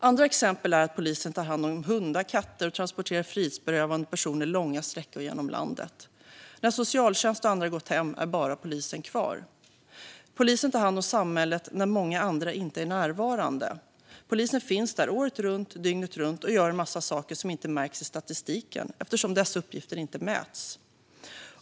Andra exempel är att polisen tar hand om hundar och katter. De transporterar också frihetsberövade personer långa sträckor genom landet. När socialtjänst och andra gått hem är det bara polisen kvar. Polisen tar hand om samhället när många andra inte är närvarande. Polisen finns där året runt, dygnet runt och gör en massa saker som inte märks i statistiken eftersom dessa uppgifter inte mäts.